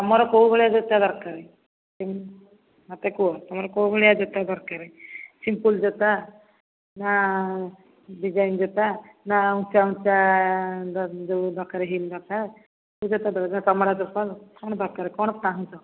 ତମର କୋଉ ଭଳିଆ ଜୋତା ଦରକାରେ ମୋତେ କୁହ ତମର କୋଉ ଭଳିଆ ଜୋତା ଦରକାରେ ସିମ୍ପୁଲ୍ ଜୋତା ନା ଡିଜାଇନ୍ ଜୋତା ନା ଉଞ୍ଚା ଉଞ୍ଚା ଯୋଉ ଦରକାର ହିଲ୍ ଜୋତା ନା ଚମଡ଼ା ଚପଲ କ'ଣ ଦରକାର କ'ଣ ଚାହୁଁଛ